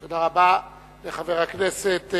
תודה רבה לחבר הכנסת,